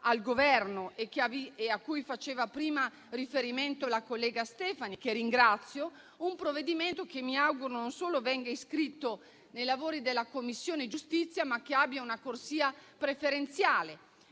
al Governo, a cui faceva prima riferimento la collega Stefani, che ringrazio. Si tratta di un provvedimento che mi auguro non solo venga calendarizzato in Commissione giustizia, ma abbia una corsia preferenziale.